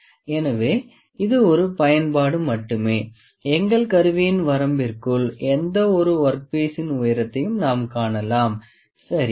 எனவே இது ஒரு பயன்பாடு மட்டுமே எங்கள் கருவியின் வரம்பிற்குள் எந்த வொரு ஒர்க் பீசின் உயரத்தையும் நாம் காணலாம் சரி